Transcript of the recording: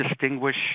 distinguish